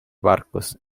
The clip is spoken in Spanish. barcos